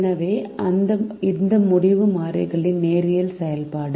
எனவே இது முடிவு மாறிகளின் நேரியல் செயல்பாடு